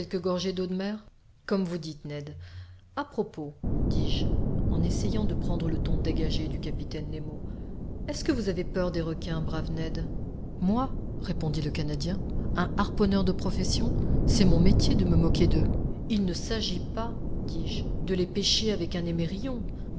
gorgées d'eau de mer comme vous dites ned a propos dis-je en essayant de prendre le ton dégagé du capitaine nemo est-ce que vous avez peur des requins brave ned moi répondit le canadien un harponneur de profession c'est mon métier de me moquer d'eux il ne s'agit pas dis-je de les pêcher avec un émerillon